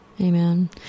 Amen